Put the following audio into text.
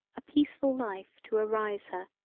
a peaceful life to arise her,